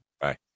Bye